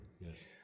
yes